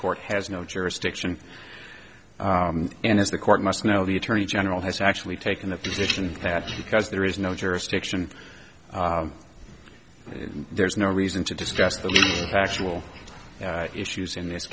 court has no jurisdiction and has the court must know the attorney general has actually taken the position that you because there is no jurisdiction and there's no reason to discuss the factual issues in this